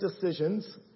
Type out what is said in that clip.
decisions